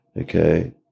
Okay